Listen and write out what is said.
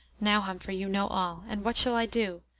now, humphrey, you know all and what shall i do?